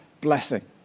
blessing